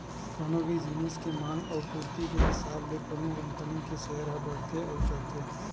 कोनो भी जिनिस के मांग अउ पूरति के हिसाब ले कोनो कंपनी के सेयर ह बड़थे अउ चढ़थे